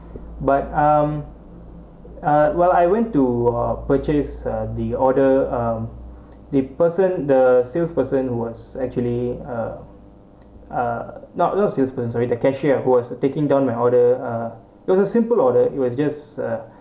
but um uh well I went to uh purchase the order um the person the sales person who was actually a uh not not sales person sorry the cashier who was taking down my order uh it was a simple order it was just a